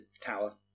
Tower